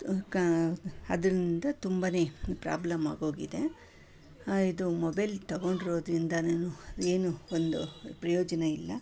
ಕ ಅದರಿಂದ ತುಂಬನೇ ಪ್ರಾಬ್ಲಮ್ಮಾಗೋಗಿದೆ ಇದು ಮೊಬೈಲ್ ತೊಗೊಂಡಿರೋದ್ರಿಂದಲೂ ಏನು ಒಂದು ಪ್ರಯೋಜನ ಇಲ್ಲ